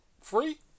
free